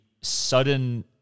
sudden